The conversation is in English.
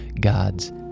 God's